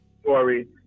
story